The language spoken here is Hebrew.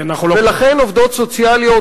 ולכן עובדות סוציאליות